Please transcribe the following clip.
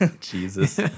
Jesus